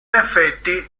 effetti